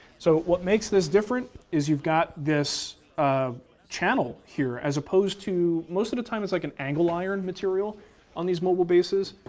so, what makes this different is you've got this ah channel here as opposed to, most of the time it's like an angle iron material on these mobile bases.